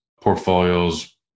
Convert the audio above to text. portfolios